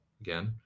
again